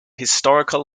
historical